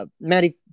Maddie